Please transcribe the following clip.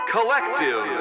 Collective